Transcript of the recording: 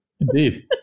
indeed